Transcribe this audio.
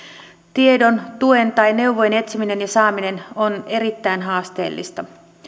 tiedon tuen tai neuvojen etsiminen ja saaminen on erittäin haasteellista